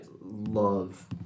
love